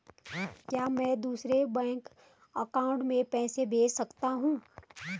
क्या मैं दूसरे बैंक अकाउंट में पैसे भेज सकता हूँ?